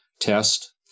test